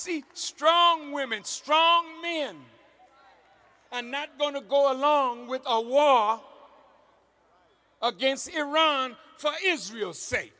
see strong women strong man i'm not going to go along with a war against iran for israel say